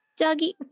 Dougie